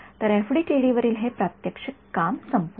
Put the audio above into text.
तर एफडीटीडी वरील हे प्रात्यक्षिक काम संपवू